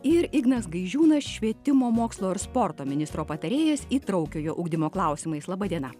ir ignas gaižiūnas švietimo mokslo ir sporto ministro patarėjas įtraukiojo ugdymo klausimais laba diena